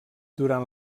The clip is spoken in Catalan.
durant